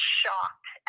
shocked